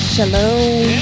Shalom